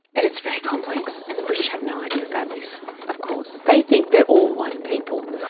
and it's very complex, and the british have no idea about this of course, they think they are all one people.